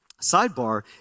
sidebar